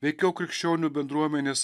veikiau krikščionių bendruomenės